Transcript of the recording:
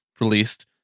released